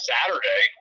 Saturday